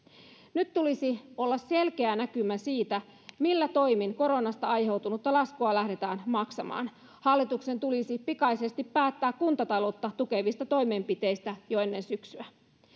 nyt tulisi olla selkeä näkymä siitä millä toimin koronasta aiheutunutta laskua lähdetään maksamaan hallituksen tulisi pikaisesti päättää kuntataloutta tukevista toimenpiteistä jo ennen syksyä